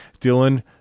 Dylan